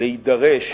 להידרש